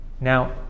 Now